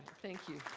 thank you.